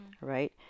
right